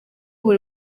buri